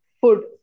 food